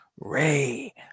Ray